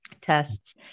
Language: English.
tests